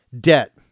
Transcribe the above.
Debt